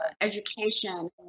education